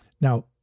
now